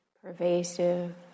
pervasive